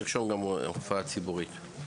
תרשום גם הופעה ציבורית.